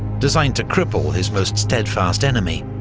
designed to cripple his most steadfast enemy.